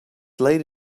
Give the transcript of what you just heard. late